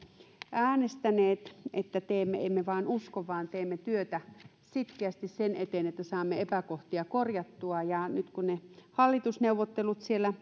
äänestäneet että emme vain usko vaan teemme työtä sitkeästi sen eteen että saamme epäkohtia korjattua nyt ovat hallitusneuvottelut